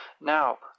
Now